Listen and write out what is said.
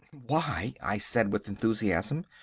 why, i said with enthusiasm,